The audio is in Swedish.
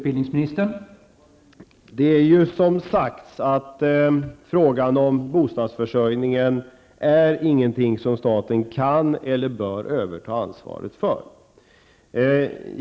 Herr talman! Frågan om bostadsförsörjningen är ju, som har sagts, ingenting som staten kan eller bör överta ansvaret för.